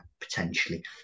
potentially